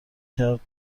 کرد